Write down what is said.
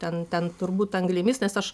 ten ten turbūt anglimis nes aš